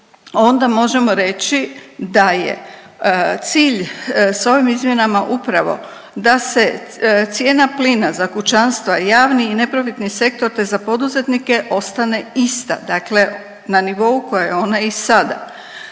onda možemo reći da je cilj s ovim izmjenama upravo da se cijena plina za kućanstva i javni i neprofitni sektor te za poduzetnike ostane ista, dakle na nivou koji je ona i sada.